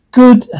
good